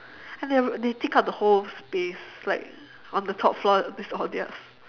and they have they take up the whole space like on the top floor it's all theirs